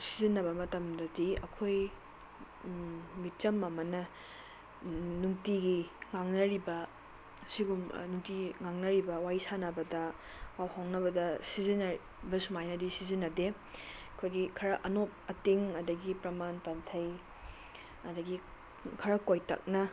ꯁꯤꯖꯤꯟꯅꯕ ꯃꯇꯝꯗꯗꯤ ꯑꯩꯈꯣꯏ ꯃꯤꯆꯝ ꯑꯃꯅ ꯅꯨꯡꯇꯤꯒꯤ ꯉꯥꯡꯅꯔꯤꯕ ꯅꯨꯡꯇꯤꯒꯤ ꯉꯥꯡꯅꯔꯤꯕ ꯋꯥꯔꯤ ꯁꯥꯟꯅꯕꯗ ꯄꯥꯎ ꯐꯥꯎꯅꯕꯗ ꯁꯤꯖꯤꯟꯅꯔꯤꯕ ꯁꯨꯃꯥꯏꯅꯗꯤ ꯁꯤꯖꯤꯟꯅꯗꯦ ꯑꯩꯈꯣꯏꯒꯤ ꯈꯔ ꯑꯅꯣꯞ ꯑꯇꯤꯡ ꯑꯗꯒꯤ ꯄ꯭ꯔꯃꯥꯟ ꯄꯥꯟꯊꯩ ꯑꯗꯒꯤ ꯈꯔ ꯀꯣꯏꯇꯛꯅ